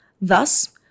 Thus